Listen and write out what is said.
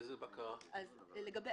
מתי?